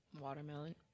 Watermelon